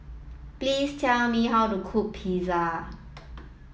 please tell me how to cook Pizza